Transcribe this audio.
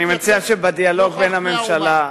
אני מציע שבדיאלוג בין הממשלה,